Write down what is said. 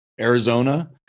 Arizona